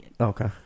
Okay